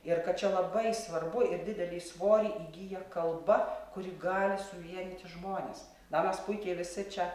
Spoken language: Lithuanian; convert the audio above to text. ir kad čia labai svarbu ir didelį svorį įgija kalba kuri gali suvienyti žmones na mes puikiai visi čia